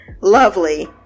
lovely